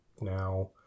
now